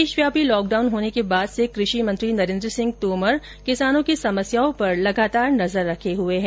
देशव्यापी लॉकडाउनलागू होने के बाद से कृषि मंत्री नरेंद्र सिंह तोमर किसानों की समस्याओं पर लगातार नजर रखे हुए हैं